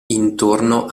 intorno